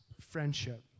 friendship